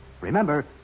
Remember